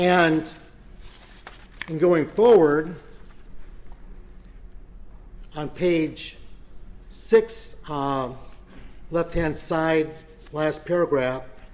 and in going forward on page six left hand side last paragraph